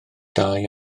dau